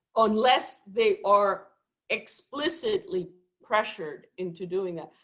unless they are explicitly pressured into doing that,